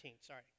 sorry